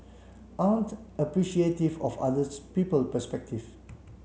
aren't appreciative of other people perspective